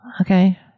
okay